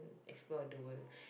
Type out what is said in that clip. explore toward